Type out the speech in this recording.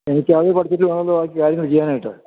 എനിക്കത് പഠിച്ചിട്ട് വേണമല്ലോ ബാക്കി കാര്യങ്ങൾ ചെയ്യാനായിട്ട്